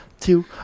two